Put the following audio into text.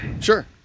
Sure